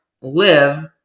live